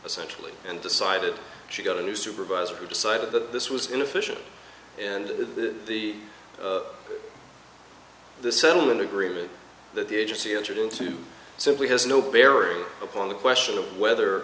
essentially and decided she got a new supervisor who decided that this was inefficient and the settlement agreement that the agency entered into simply has no bearing upon the question of whether